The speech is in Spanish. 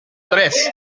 tres